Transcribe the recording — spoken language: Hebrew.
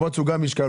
הבוץ הוא גם משקל,